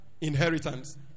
inheritance